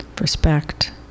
respect